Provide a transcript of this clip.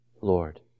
Lord